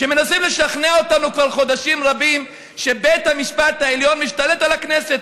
שמנסים לשכנע אותנו כבר חודשים רבים שבית המשפט העליון משתלט על הכנסת.